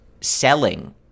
selling